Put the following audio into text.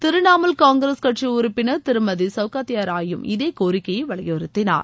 திரிணாமுல் காங்கிரஸ் கட்சி உறுப்பினர் திருமதி செளகத்தா ராய் யும் இதே கோரிக்கையை வலியுறுத்தினார்